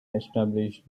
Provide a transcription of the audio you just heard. established